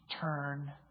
turn